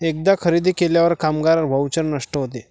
एकदा खरेदी केल्यावर कामगार व्हाउचर नष्ट होते